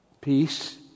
Peace